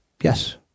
Yes